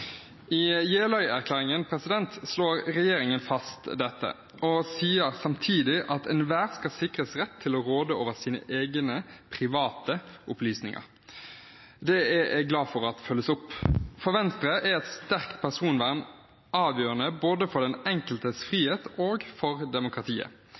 I Jeløya-plattformen slår regjeringen fast dette og sier samtidig at enhver skal sikres «rett til å råde over egne private opplysninger.» Det er jeg glad for følges opp. For Venstre er et sterkt personvern avgjørende både for den enkeltes